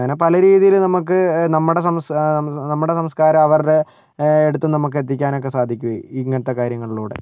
അങ്ങനെ പല രീതിയില് നമുക്ക് നമ്മുടെ സംസ് നമ്മുടെ സംസ്കാരം അവരുടെ അടുത്ത് നമുക്ക് എത്തിക്കാനൊക്കെ സാധിക്കും ഇങ്ങനെത്തെ കാര്യങ്ങളിലൂടെ